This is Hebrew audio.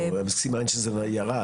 סימן שזה כבר ירד?